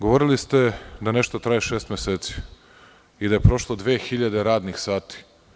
Govorili ste da nešto traje šest meseci i da je prošlo 2000 radnih sati.